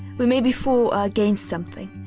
we may be for or against something,